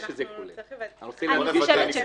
נוודא.